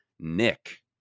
nick